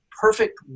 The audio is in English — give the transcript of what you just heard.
perfect